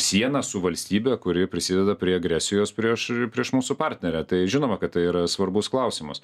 siena su valstybe kuri prisideda prie agresijos prieš ir prieš mūsų partnerę tai žinoma kad tai yra svarbus klausimas